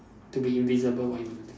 to be invisible what you want to do